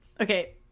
Okay